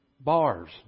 bars